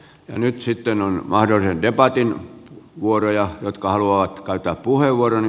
nyt sitten on mahdollisen debatin vuoro ja jotka haluavat käyttää puheenvuoron